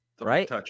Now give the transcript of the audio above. Right